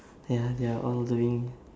they are they are all doing